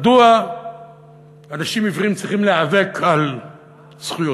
מדוע אנשים עיוורים צריכים להיאבק על זכויותיהם?